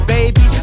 Baby